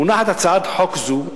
מונחת הצעת חוק זאת,